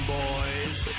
boys